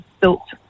built